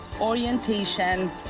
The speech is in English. orientation